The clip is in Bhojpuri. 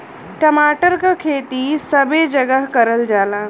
टमाटर क खेती सबे जगह करल जाला